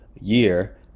year